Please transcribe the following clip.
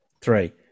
Three